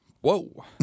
whoa